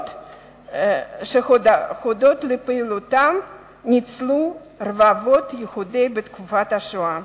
שהודות לפעילותם ניצלו רבבות יהודים בתקופת השואה.